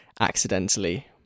accidentally